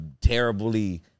terribly